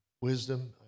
wisdom